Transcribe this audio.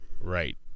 Right